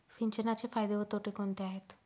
सिंचनाचे फायदे व तोटे कोणते आहेत?